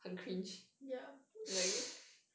ya